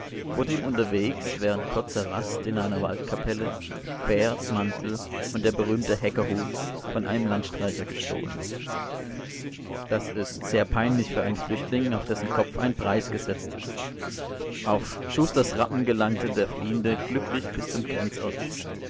wurde ihm unterwegs während kurzer rast in einer waldkapelle pferd mantel und der berühmte hecker-hut von einem landstreicher gestohlen das ist sehr peinlich für einen flüchtling auf dessen kopf ein preis gesetzt ist auf schusters rappen gelangt der fliehende glücklich bis zum grenzort